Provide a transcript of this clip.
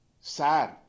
Sad